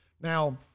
Now